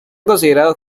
considerados